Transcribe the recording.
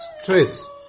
stress